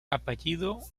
apellido